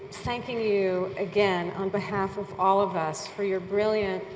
thanking you again on behalf of all of us for your brilliant,